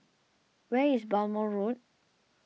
where is Balmoral Road